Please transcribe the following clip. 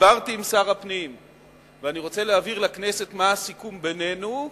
דיברתי עם שר הפנים ואני רוצה להבהיר מה הסיכום בינינו.